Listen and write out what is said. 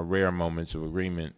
our rare moments of agreement